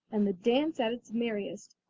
and the dance at its merriest,